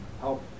help